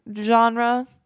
genre